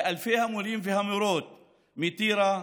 שלאלפי המורים והמורות מטירה,